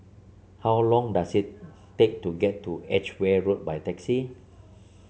how long does it take to get to Edgeware Road by taxi